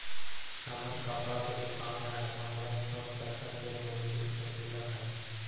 हमर कपड़ा के दुकान है हमरा थोड़ा पैसा के लोन मिल सकलई ह?